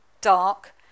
dark